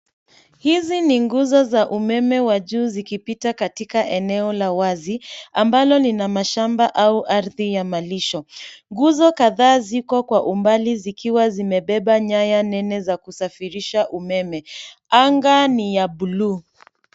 Hizi ni nguzo za umeme wa juu zikipita katika eneo la wazi, ambalo lina mashamba au ardhi ya malisho. Nguzo kadhaa ziko kwa umbali zikiwa zimebeba nyaya nene za kusafirisha umeme. Anga ni ya blue .